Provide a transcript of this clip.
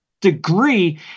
degree